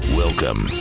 welcome